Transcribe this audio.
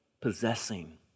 possessing